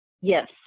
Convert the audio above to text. Yes